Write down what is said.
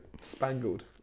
spangled